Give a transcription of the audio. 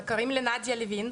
קוראים לי נדיה לוין.